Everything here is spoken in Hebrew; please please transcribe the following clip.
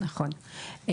נכון,